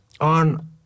on